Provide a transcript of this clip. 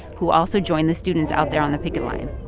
who also joined the students out there on the picket line